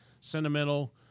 sentimental